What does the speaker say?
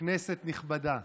כנסת נכבדה,